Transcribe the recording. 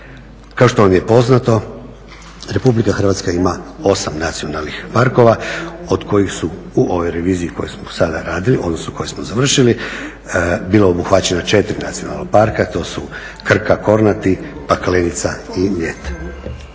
Kao što vam je poznato Republika Hrvatska ima 8 nacionalnih parkova od kojih su u ovoj reviziji koju smo sada radili, odnosno koje smo završili bila obuhvaćena 4 nacionalna parka. To su Krka, Kornati, Paklenica i Mljet.